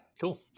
Cool